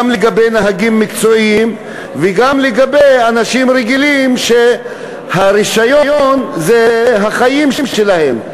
גם לגבי נהגים מקצועיים וגם לגבי אנשים רגילים שהרישיון זה החיים שלהם,